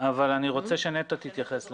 רוצה שנטע תתייחס לזה.